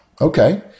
Okay